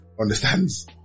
understands